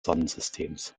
sonnensystems